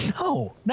No